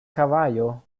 caballo